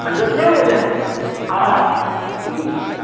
आ देखियौ ने आ हूँ